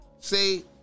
see